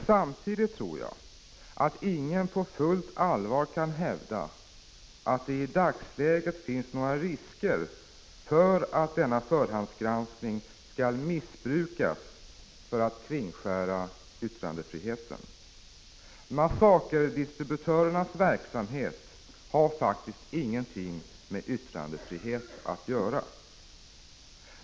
Samtidigt tror jag att ingen på fullt allvar kan hävda att det i dagsläget finns några risker för att denna förhandsgranskning skall missbrukas till att kringskära yttrandefriheten. Massakerdistributörernas verksamhet har faktiskt ingenting med yttrandefrihet att göra.